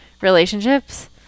relationships